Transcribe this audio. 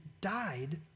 died